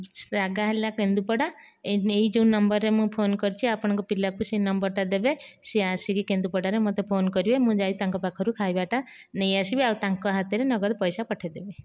ଯାଗା ହେଲା କେନ୍ଦୁପଡ଼ା ଏହି ଯେଉଁ ନମ୍ବରରେ ମୁଁ ଫୋନ କରିଛି ଆପଣଙ୍କ ପିଲାକୁ ସେହି ନମ୍ବରଟା ଦେବେ ସେ ଆସିକି କେନ୍ଦୁପଡ଼ାରେ ମୋତେ ଫୋନ କରିବେ ମୁଁ ଯାଇ ତାଙ୍କ ପାଖରୁ ଖାଇବାଟା ନେଇଆସିବି ଆଉ ତାଙ୍କ ହାତରେ ନଗଦ ପଇସା ପଠାଇଦେବି